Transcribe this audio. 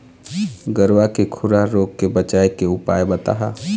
गरवा के खुरा रोग के बचाए के उपाय बताहा?